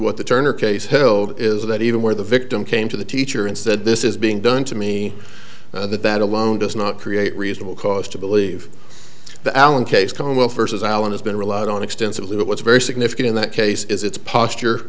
what the turner case held is that even where the victim came to the teacher and said this is being done to me that that alone does not create reasonable cause to believe that allen case commonwealth versus allen has been relied on extensively but what's very significant in that case is it's posture